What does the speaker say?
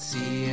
See